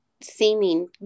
seeming